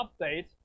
update